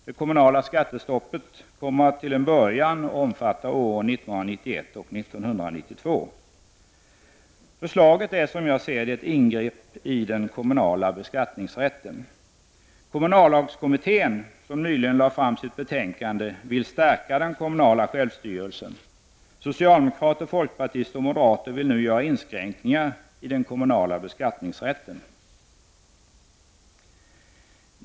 Det kommunala skattestoppet kommer att till en början omfatta åren 1991 och 1992. Förslaget är, som jag ser det, ett ingrepp i den kommunala beskattningsrätten. Kommunallagskommittén, som nyligen lade fram sitt betänkande, vill stärka den kommunala självstyrelsen. Socialdemokrater, folkpartister och moderater vill nu göra inskränkningar i den kommunala beskattningsrätten.